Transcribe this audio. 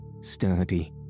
sturdy